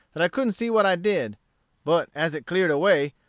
that i couldn't see what i did but as it cleared away,